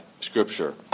Scripture